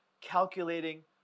calculating